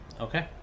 Okay